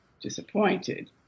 disappointed